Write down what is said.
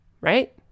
Right